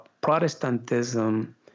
Protestantism